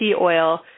oil